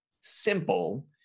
simple